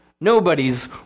Nobody's